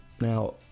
now